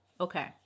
Okay